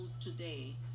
today